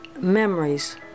memories